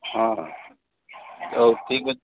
ହଁ ହଁ ହଉ ଠିକ୍ ଅଛି